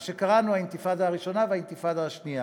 מה שקראנו האינתיפאדה הראשונה והאינתיפאדה השנייה.